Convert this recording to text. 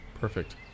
Perfect